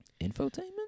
infotainment